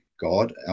god